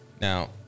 Now